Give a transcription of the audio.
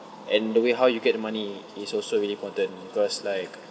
and the way how you get the money is also really important cause like